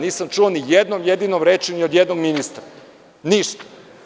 Nisam čuo ni jednom jedinom rečju ni od jednog ministra, ništa.